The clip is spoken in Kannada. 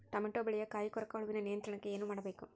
ಟೊಮೆಟೊ ಬೆಳೆಯ ಕಾಯಿ ಕೊರಕ ಹುಳುವಿನ ನಿಯಂತ್ರಣಕ್ಕೆ ಏನು ಮಾಡಬೇಕು?